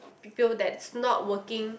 I feel that's not working